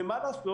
ומה לעשות?